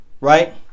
right